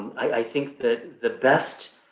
i think that the best